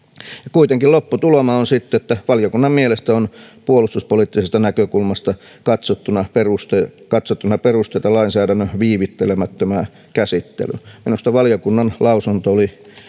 kuitenkin lopputulema on sitten että valiokunnan mielestä on puolustuspoliittisesta näkökulmasta katsottuna perusteita katsottuna perusteita lainsäädännön viivyttelemättömään käsittelyyn minusta valiokunnan lausunto oli